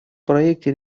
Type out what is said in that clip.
проекте